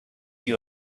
you